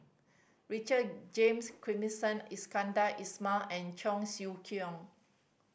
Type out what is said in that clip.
Richard James Iskandar Ismail and Cheong Siew Keong